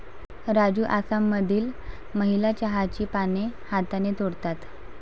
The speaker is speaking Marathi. राजू आसाममधील महिला चहाची पाने हाताने तोडतात